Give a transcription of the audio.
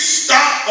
stop